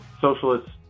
socialists